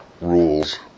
rules